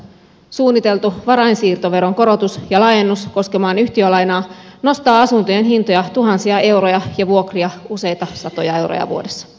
suunniteltu varainsiirtoveron korotus ja laajennus koskemaan yhtiölainaa nostaa asuntojen hintoja tuhansia euroja ja vuokria useita satoja euroja vuodessa